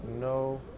no